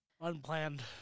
Unplanned